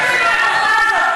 תפסיקו עם ההטפה הזאת.